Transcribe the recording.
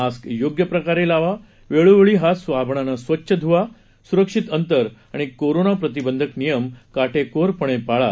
mask योग्य प्रकारे लावा वेळोवेळी हात साबणाने स्वच्छ धुवा सुरक्षित अंतर आणि कोरोना प्रतिबंधक नियम काटेकोरपणे पाळा